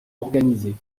organisées